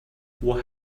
what